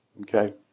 Okay